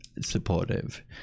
Supportive